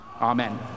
Amen